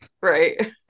right